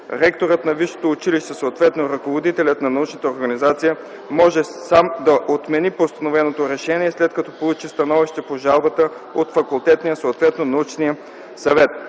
висшето училище, съответно ръководителят на научната организация може сам да отмени постановеното решение след като получи становище по жалбата от факултетния, съответно научния съвет.